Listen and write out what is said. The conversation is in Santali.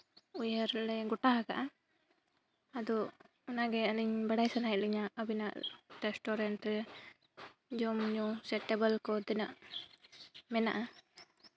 ᱩᱭᱦᱟᱹᱨ ᱞᱮ ᱜᱳᱴᱟ ᱟᱠᱟᱫᱼᱟ ᱟᱫᱚ ᱚᱱᱟᱜᱮ ᱟᱹᱞᱤᱧ ᱵᱟᱲᱟᱭ ᱥᱟᱱᱟᱭᱮᱫ ᱞᱤᱧᱟᱹ ᱟᱹᱵᱤᱱᱟᱜ ᱨᱮᱥᱴᱩᱨᱮᱱᱴ ᱨᱮ ᱡᱚᱢᱼᱧᱩ ᱥᱮ ᱴᱮᱵᱤᱞ ᱠᱚ ᱛᱤᱱᱟᱹᱜ ᱢᱮᱱᱟᱜᱼᱟ